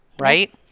right